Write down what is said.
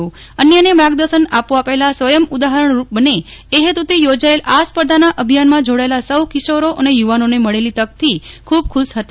અન્યને માર્ગદર્શન આપવા પહેલા સ્વયં ઉદાહરજ઼ારૂપ બને એ હેતુથી યોજાયેલ આ સ્પર્ધાના અભિયાનમાં જોડાયેલા સહુ કિશોરો અને યુવાનોને મળેલી તકથી ખુબ ખુશ હતા